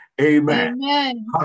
Amen